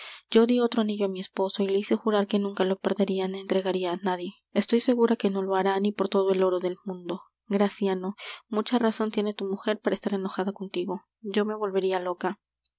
yo dí otro anillo á mi esposo y le hice jurar que nunca le perderia ni entregaria á nadie estoy segura que no lo hará ni por todo el oro del mundo graciano mucha razon tiene tu mujer para estar enojada contigo yo me volveria loca